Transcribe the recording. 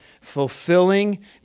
fulfilling